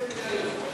בידי מי היוזמה?